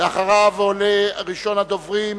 אחריו עולה ראשון הדוברים,